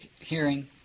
hearing